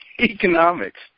Economics